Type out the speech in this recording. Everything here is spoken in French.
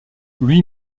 lui